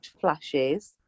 Flashes